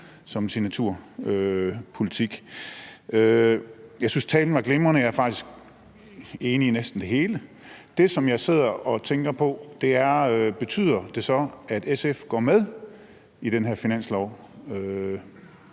som en signaturpolitik. Jeg synes, talen var glimrende, og jeg er faktisk enig i næsten det hele. Det, som jeg sidder og tænker på, er, om det så betyder, at SF går med til den her finanslov.